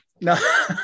No